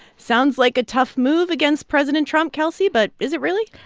sounds like a tough move against president trump, kelsey. but is it really?